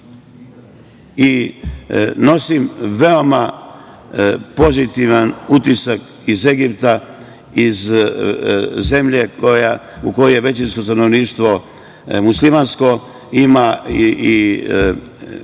nije. Nosim veoma pozitivan utisak iz Egipta, iz zemlje u kojoj je većinsko stanovništvo muslimansko.